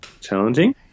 challenging